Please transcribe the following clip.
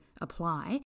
apply